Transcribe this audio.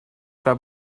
tra